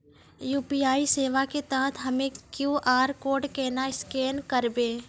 UPI सेवा के तहत हम्मय क्यू.आर कोड केना स्कैन करबै?